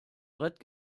brett